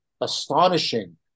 astonishing